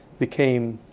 became